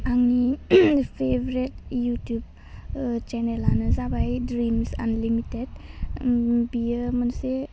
आंनि favourite YouTube सेनेलानो जाबाय ड्रिमस आनलिमिटेड बियो मोनसे